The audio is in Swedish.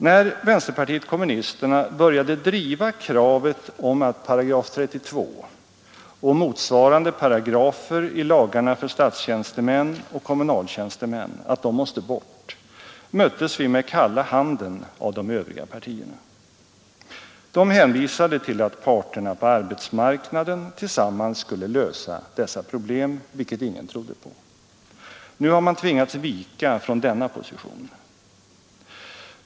När vänsterpartiet kommunisterna började driva kravet på att § 32 — och motsvarande paragrafer i lagarna för statstjänstemän och kommunaltjänstemän — måste bort möttes vi med kalla handen av de övriga partierna. De hänvisade till att parterna på arbetsmarknaden tillsammans skulle lösa dessa problem, vilket ingen trodde på. Nu har man tvingats vika från denna position.